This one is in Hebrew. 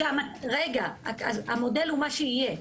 המודל הוא מה שיהיה.